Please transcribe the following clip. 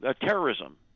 terrorism